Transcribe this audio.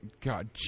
God